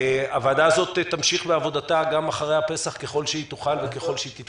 הוועדה הזו תמשיך בעבודתה גם לאחר הפסח ככל שהיא תתקיים.